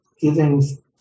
giving